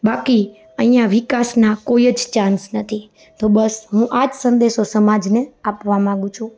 બાકી અહીં વિકાસના કોઇ જ ચાંસ નથી તો બસ હું આજ સંદેશો સમાજને આપવા માંગુ છું